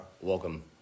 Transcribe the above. Welcome